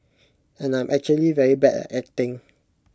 and I'm actually very bad at acting